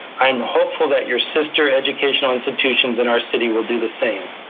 i am hopeful that your sister educational institutions in our city will do the same.